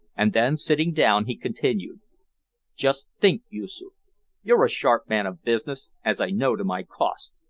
and then, sitting down, he continued just think, yoosoof you're a sharp man of business, as i know to my cost.